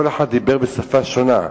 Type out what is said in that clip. כל אחד דיבר בעצם בשפה שונה,